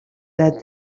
that